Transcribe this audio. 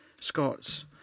Scots